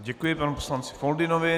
Děkuji panu poslanci Foldynovi.